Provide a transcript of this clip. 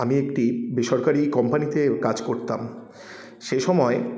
আমি একটি বেসরকারি কোম্পানিতে কাজ করতাম সেসময়